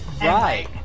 Right